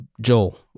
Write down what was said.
Joel